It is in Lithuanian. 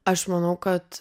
aš manau kad